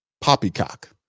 poppycock